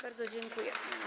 Bardzo dziękuję.